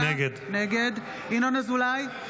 נגד ינון אזולאי,